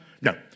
No